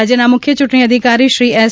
રાજ્યના મુખ્ય ચૂંટણી અધિકારી શ્રી એસ